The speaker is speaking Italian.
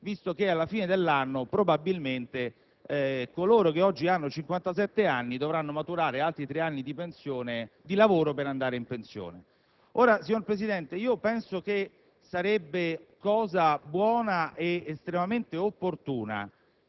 visto che alla fine dell'anno probabilmente coloro che oggi hanno 57 anni dovranno maturare altri tre anni di lavoro per andare in pensione. Signor Presidente, sarebbe cosa buona ed estremamente opportuna